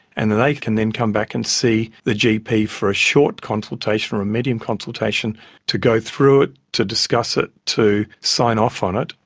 and they can then come back and see the gp for a short consultation or a medium consultation to go through it, to discuss it, to sign off on it.